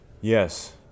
Yes